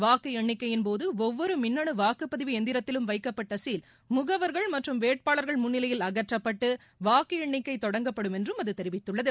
வாக்கு எண்ணிக்கையின்போது ஒவ்வொரு மின்னணு வாக்குப்பதிவு எந்திரத்திலும் வைக்கப்பட்ட சீல் முகவா்கள் மற்றும் வேட்பாளா்கள் முன்னிலையில் அகற்றப்பட்டு வாக்கு எண்ணிக்கை தொடங்கப்படும் என்றும் அது தெரிவித்துள்ளது